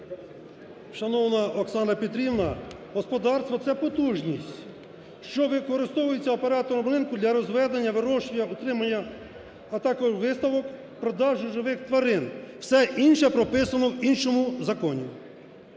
Шановна Оксано Петрівно! Господарство – це потужність, що використовується оператором ринку для розведення, вирощування, утримання, а також виставок-продажу живих тварин. Все інше прописано в іншому законі.